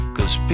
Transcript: Cause